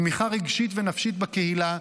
תמיכה רגשית ונפשית בקהילה,